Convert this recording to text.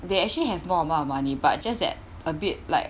they actually have more amount of money but just that a bit like